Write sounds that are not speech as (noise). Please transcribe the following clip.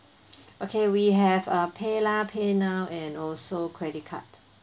(breath) okay we have uh paylah paynow and also credit card